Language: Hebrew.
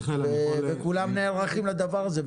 וכולם נערכים לדבר הזה.